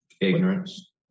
Ignorance